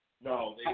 No